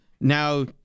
now